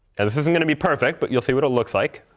and this isn't going to be perfect, but you'll see what it looks like.